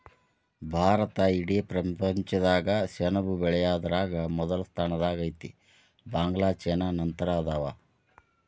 ಭಾರತಾ ಇಡೇ ಪ್ರಪಂಚದಾಗ ಸೆಣಬ ಬೆಳಿಯುದರಾಗ ಮೊದಲ ಸ್ಥಾನದಾಗ ಐತಿ, ಬಾಂಗ್ಲಾ ಚೇನಾ ನಂತರ ಅದಾವ